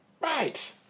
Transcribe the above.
Right